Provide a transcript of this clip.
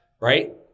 right